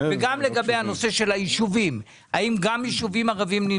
וגם את רשימת הישובים,